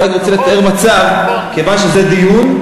אני רק רוצה לתאר מצב, כיוון שזה דיון,